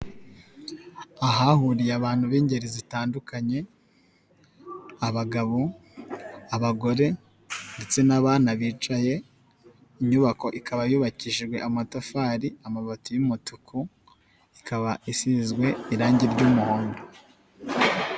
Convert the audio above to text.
Ahahuriye abantu b'ingeri zitandukanye, abagabo, abagore ndetse n'abana bicaye, inyubako ikaba yubakishijwe amatafari, amabati y'umutuku, ikaba isizwe irangi ry'umuhondo.